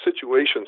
situations